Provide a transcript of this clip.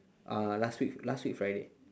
uh last week last week friday